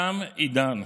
תם עידן.